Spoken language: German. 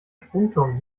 sprungturm